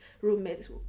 roommates